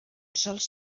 sols